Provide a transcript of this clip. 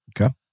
Okay